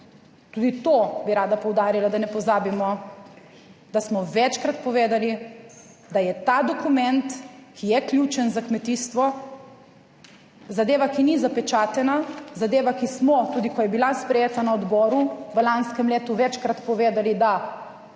Tudi to bi rada poudarila, da ne pozabimo, da smo večkrat povedali, da je ta dokument, ki je ključen za kmetijstvo, zadeva, ki ni zapečatena zadeva, ki smo tudi, ko je bila sprejeta na odboru v lanskem letu večkrat povedali, da